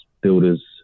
builders